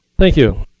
thank you.